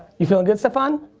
you feeling good staphon?